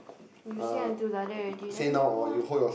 you say until like that already then don't go lah